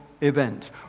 event